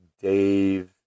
Dave